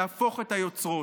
להפוך את היוצרות.